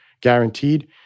guaranteed